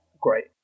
great